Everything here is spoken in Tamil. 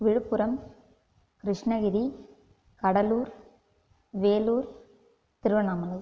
விழுப்புரம் கிருஷ்ணகிரி கடலூர் வேலூர் திருவண்ணாமலை